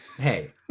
hey